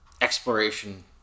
exploration